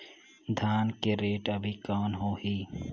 धान के रेट अभी कौन होही?